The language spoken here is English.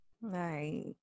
Right